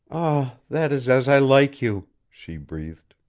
ah, that is as i like you, she breathed.